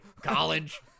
College